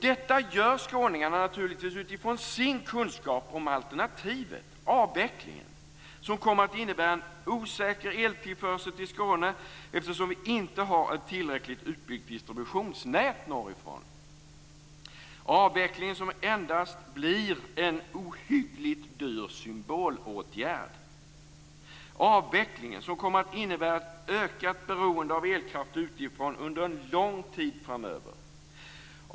Detta gör skåningarna naturligtvis utifrån kunskapen om alternativet, avvecklingen, som kommer att innebära en osäker eltillförsel till Skåne eftersom det inte finns ett tillräckligt utbyggt distributionsnät norrifrån. Avvecklingen blir endast en ohyggligt dyr symbolåtgärd. Avvecklingen kommer att innebära ett ökat beroende av elkraft utifrån under en lång tid framöver.